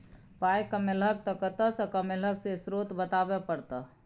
पाइ कमेलहक तए कतय सँ कमेलहक से स्रोत बताबै परतह